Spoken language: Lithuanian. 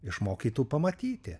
išmokytų pamatyti